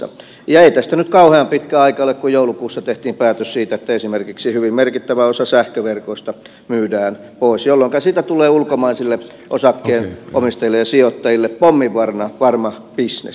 ei tästä nyt kauhean pitkä aika ole kun joulukuussa tehtiin päätös siitä että esimerkiksi hyvin merkittävä osa sähköverkoista myydään pois jolloinka siitä tulee ulkomaisille osakkeenomistajille ja sijoittajille pomminvarma bisnes